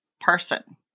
person